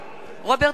רוברט אילטוב,